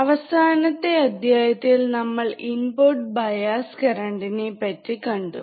അവസാനത്തെ അദ്ധ്യായത്തിൽ നമ്മൾ ഇൻപുട് ബയ്സ് കറന്റ് നെ പറ്റി കണ്ടു